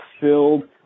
filled